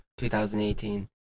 2018